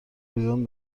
ایران